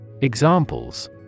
Examples